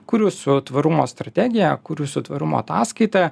kur jūsų tvarumo strategija kur jūsų tvarumo ataskaita